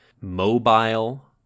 Mobile